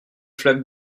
flaques